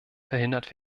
verhindert